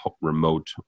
remote